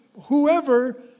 whoever